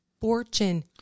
fortune